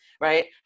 right